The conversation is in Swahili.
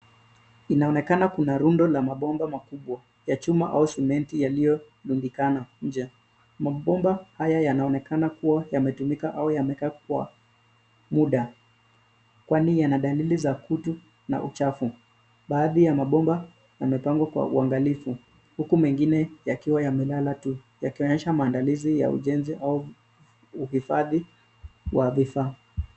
Inaonekana kuna rundo la mabomba makubwa ya chuma au simenti yaliyo rundikana nje, mabomba haya yanaonekana kuwa yame tumika au yamekaa kwa muda kwani yanadalili za kutu na uchafu. Baadhi ya mabomba yamepangwa kwa uangalifu, huku mengine yakiwa yamelala tu yakionyesha mandalizi ya ujenzi au uhifadhi wa vifaa.